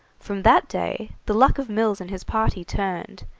from that day the luck of mills and his party turned,